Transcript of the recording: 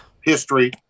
history